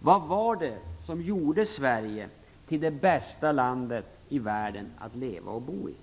Vad var det som gjorde Sverige till det bästa landet i världen att leva och bo i?